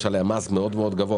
מתוך כמה שאתם אמורים לגבות?